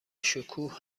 شکوه